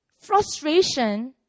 Frustration